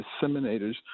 disseminators